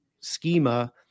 schema